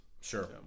Sure